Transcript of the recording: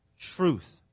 truth